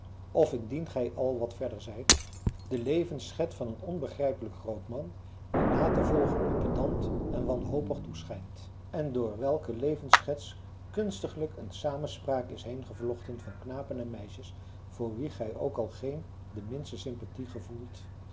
of indien gij al wat verder zijt de levensschets van een onbegrijpelijk groot man wien na te volgen u pedant en wanhopig toeschijnt en door welke levensschets kunstiglijk een samenspraak is heengevlochten van knapen en meisjes voor wie gij ook al geen de minste sympathie gevoelt